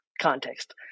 context